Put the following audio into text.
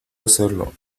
hacerlo